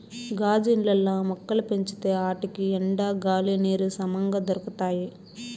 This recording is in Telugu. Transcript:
గాజు ఇండ్లల్ల మొక్కలు పెంచితే ఆటికి ఎండ, గాలి, నీరు సమంగా దొరకతాయి